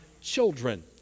children